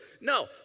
No